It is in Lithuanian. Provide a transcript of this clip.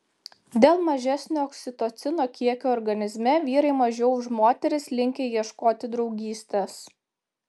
dėl mažesnio oksitocino kiekio organizme vyrai mažiau už moteris linkę ieškoti draugystės